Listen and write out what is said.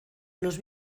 los